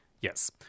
Yes